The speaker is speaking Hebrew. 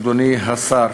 אדוני השר,